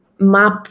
map